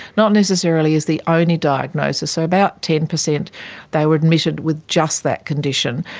not necessarily as the only diagnosis, so about ten percent they were admitted with just that condition,